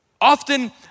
Often